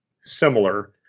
similar